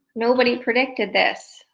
nobody predicted this.